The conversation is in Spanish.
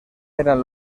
eran